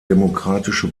demokratische